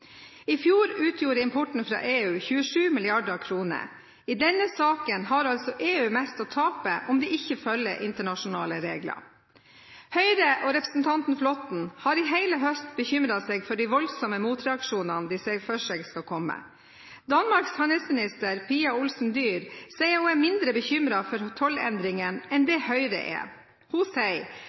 I fjor utgjorde importen fra EU 27 mrd. kr. I denne saken har altså EU mest å tape om de ikke følger internasjonale regler. Høyre og representanten Flåtten har i hele høst bekymret seg for de voldsomme motreaksjonene de ser for seg skal komme. Danmarks handelsminister, Pia Olsen Dyhr, sier hun er mindre bekymret for tollendringen enn det Høyre er. Hun sier: